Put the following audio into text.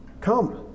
come